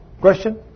Question